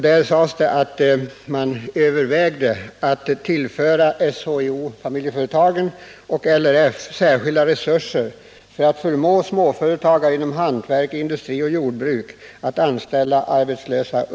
Där sades att regeringen övervägde att ”tillföra SHIO och LRF resurser i syfte att förmå småföretagare inom industri, hantverk o jordbruk att anställa arbetslösa”.